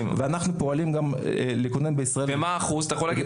אנחנו פועלים גם לכונן בישראל --- האם אתה יכול להגיד